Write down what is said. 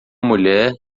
mulher